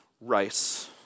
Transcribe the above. rice